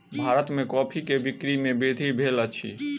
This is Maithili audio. भारत में कॉफ़ी के बिक्री में वृद्धि भेल अछि